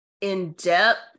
in-depth